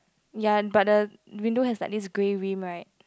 ya but the window has like this grey rim right